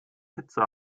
hitze